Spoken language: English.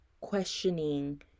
questioning